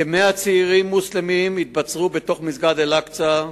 כ-100 צעירים מוסלמים התבצרו בתוך מסגד אל-אקצא,